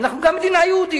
אנחנו גם מדינה יהודית.